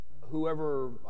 whoever